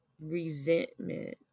resentment